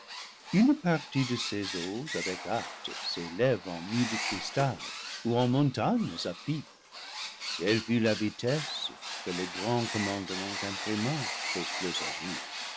une partie de ces eaux avec hâte s'élève en mur de cristal ou en montagnes à pic telle fut la vitesse que le grand commandement imprima aux flots